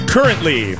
Currently